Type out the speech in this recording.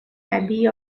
abbey